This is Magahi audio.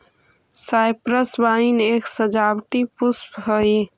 साइप्रस वाइन एक सजावटी पुष्प हई